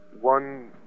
one